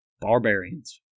barbarians